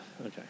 Okay